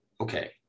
okay